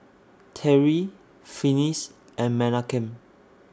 Terri Finis and Menachem